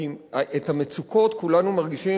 כי את המצוקות כולנו מרגישים,